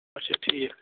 اچھا ٹھیٖک